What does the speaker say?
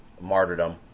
martyrdom